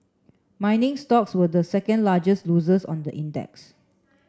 mining stocks were the second largest losers on the index